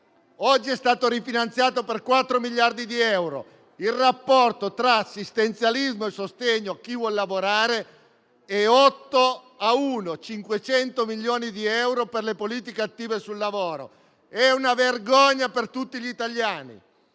Oggi è stato rifinanziato per 4 miliardi di euro. Il rapporto tra assistenzialismo e sostegno a chi vuole lavorare è di 8 a 1: 500 milioni di euro per le politiche attive sul lavoro. È una vergogna per tutti gli italiani.